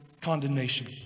condemnation